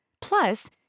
Plus